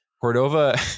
Cordova